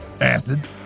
acid